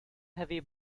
heavy